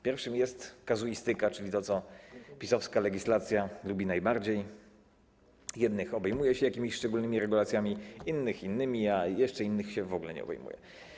Pierwszy to kazuistyka, czyli to, co PiS-owska legislacja lubi najbardziej: jednych obejmuje się jakimiś szczególnymi regulacjami, innych innymi, a jeszcze innych się w ogóle nie obejmuje.